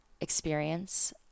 experience